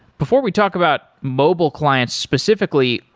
before we talk about mobile clients specifically,